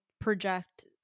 project